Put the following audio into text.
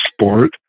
sport